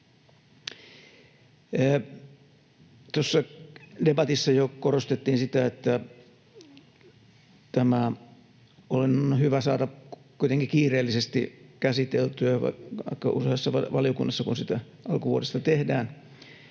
Tuossa debatissa jo korostettiin, että tämä on hyvä saada kuitenkin kiireellisesti käsiteltyä, kun sitä aika useassa valiokunnassa alkuvuodesta tehdään.